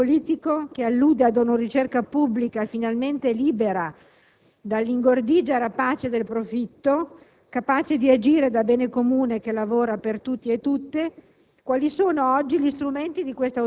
Ciò ha ancora un fortissimo senso politico, che allude a una ricerca pubblica finalmente libera dall'ingordigia rapace del profitto, capace di agire nel bene comune e che lavora per tutti e tutte?